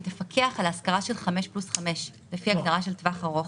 היא תפקח על השכרה של חמש פלוס חמש לפי ההגדרה של טווח ארוך.